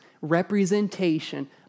representation